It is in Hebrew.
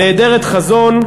נעדרת חזון,